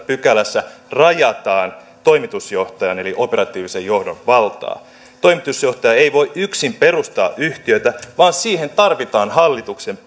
pykälässä rajataan toimitusjohtajan eli operatiivisen johdon valtaa toimitusjohtaja ei voi yksin perustaa yhtiötä vaan siihen tarvitaan hallituksen